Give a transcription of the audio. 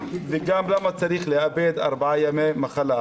וגם למה צריך לאבד ארבעה ימי מחלה?